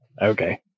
Okay